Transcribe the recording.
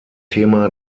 thema